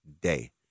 day